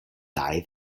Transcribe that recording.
die